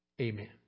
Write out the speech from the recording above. Amen